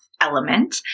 element